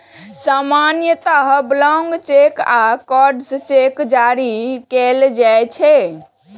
सामान्यतः blank cheque आ crossed cheque जारी कैल जाइ छै